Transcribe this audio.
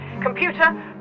Computer